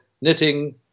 knitting